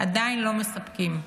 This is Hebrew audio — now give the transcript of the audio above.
עדיין לא מספקים.